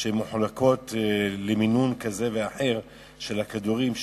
שמחולקות למינון כזה ואחר של הכדורים,